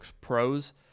Pros